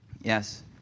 Yes